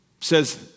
says